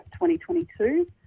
2022